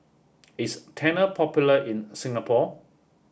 is Tena popular in Singapore